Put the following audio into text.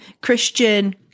christian